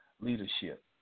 leadership